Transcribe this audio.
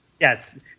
yes